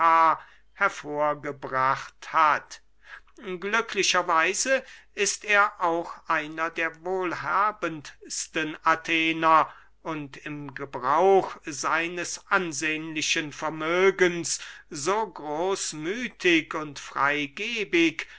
hervorgebracht hat glücklicher weise ist er auch einer der wohlhabendsten athener und im gebrauch seines ansehnlichen vermögens so großmüthig und freygebig